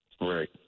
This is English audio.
Right